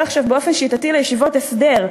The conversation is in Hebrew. ש"ס עובר עכשיו באופן שיטתי לישיבות הסדר,